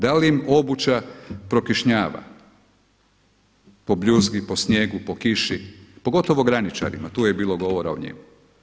Da li im obuća prokišnjava po bljuzgi, po snijegu, po kiši pogotovo graničarima, tu je bilo govora o njima.